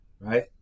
right